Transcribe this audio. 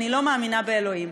אני לא מאמינה באלוהים.